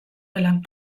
gelan